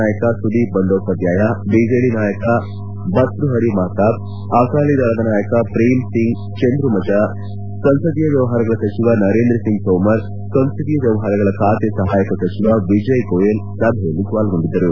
ನಾಯಕ ಸುದೀಪ್ ಬಂಡೋಪಾದ್ಗಾಯ ಬಿಜೆಡಿ ನಾಯಕ ಭತ್ವಹರಿ ಮಹತಾಬ್ ಅಕಾಲಿ ದಳದ ನಾಯಕ ಪ್ರೇಮ್ ಸಿಂಗ್ ಚಂದುಮಚ್ರಾ ಸಂಸದೀಯ ವ್ಲವಹಾರಗಳ ಸಚಿವ ನರೇಂದ್ರ ಸಿಂಗ್ ಥೋಮರ್ ಸಂಸದೀಯ ವ್ಲವಹಾರಗಳ ಖಾತೆ ಸಹಾಯಕ ಸಚಿವ ವಿಜಯ್ ಗೋಯೆಲ್ ಸಭೆಯಲ್ಲಿ ಪಾಲ್ಗೊಂಡಿದ್ದರು